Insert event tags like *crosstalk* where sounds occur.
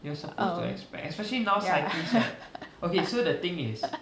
oh ya *laughs*